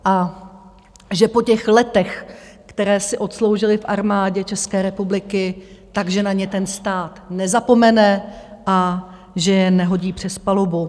A že po těch letech, která si odsloužili v armádě České republiky, na ně ten stát nezapomene a že je nehodí přes palubu.